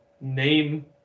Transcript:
name